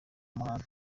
amahane